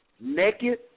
naked